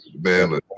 man